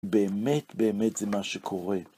באמת באמת זה מה שקורה.